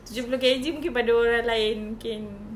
tujuh puluh K_G mungkin pada orang lain mungkin